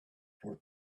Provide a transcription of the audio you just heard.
for